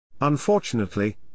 Unfortunately